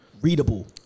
readable